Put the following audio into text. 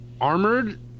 armored